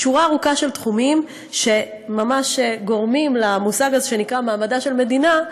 שורה ארוכה של תחומים שממש גורמים למושג הזה שנקרא "מעמדה של מדינה"